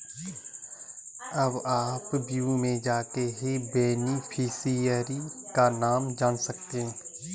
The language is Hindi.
अब आप व्यू में जाके बेनिफिशियरी का नाम जान सकते है